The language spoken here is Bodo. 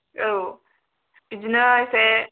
औ बिदिनो इसे